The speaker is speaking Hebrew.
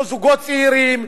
לזוגות צעירים,